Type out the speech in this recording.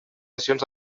sessions